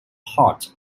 part